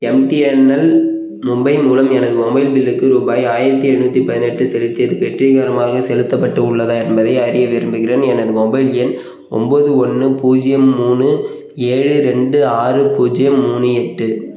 MTNL Mumbai மூலம் எனது mobile பில்லுக்கு ரூபாய் ஆயிரத்தி ஏழ்நூற்றி பதினெட்டு செலுத்தியது வெற்றிகரமாக செலுத்தப்பட்டு உள்ளதா என்பதை அறிய விரும்புகிறேன் எனது மொபைல் எண் ஒம்பது ஒன்று பூஜ்ஜியம் மூணு ஏழு ரெண்டு ஆறு பூஜ்ஜியம் மூணு எட்டு